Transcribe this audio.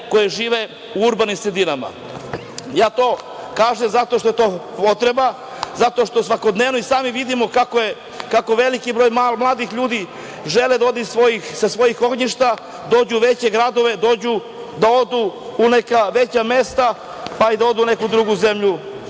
koje žive u urbanim sredinama. To kažem zato što je to potreba, zato što svakodnevno i sami vidimo kako veliki broj mladih ljudi želi da ode sa svojih ognjišta, dođu u veće gradove, odu u neka veća mesta, pa i da odu u neku drugu zemlju,